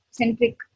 centric